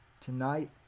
tonight